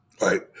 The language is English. Right